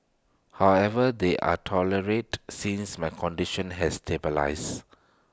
however they are tolerate since my condition has stabilised